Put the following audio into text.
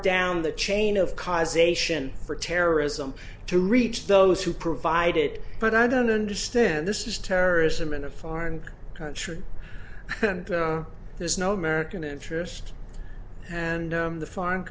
down the chain of cause ation for terrorism to reach those who provide it but i don't understand this is terrorism in a foreign country and there's no american interest and the foreign